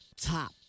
top